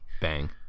Bang